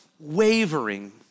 wavering